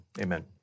amen